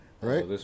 right